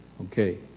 Okay